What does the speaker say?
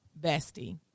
bestie